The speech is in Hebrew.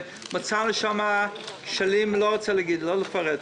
שמצאנו שם כשלים לא רוצה לפרט.